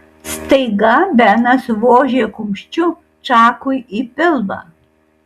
staiga benas vožė kumščiu čakui į pilvą